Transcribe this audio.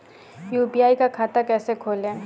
UPI का खाता कैसे खोलें?